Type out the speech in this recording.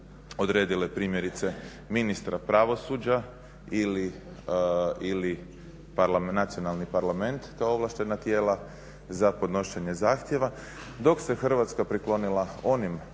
odredile primjerice ministra pravosuđa ili nacionalni parlament kao ovlaštena tijela za podnošenje zahtjeva dok se Hrvatska priklonila onim